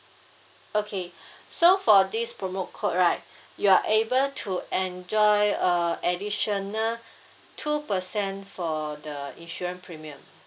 okay so for this promo code right you are able to enjoy a additional two percent for the insurance premium